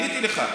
לא ענית לי.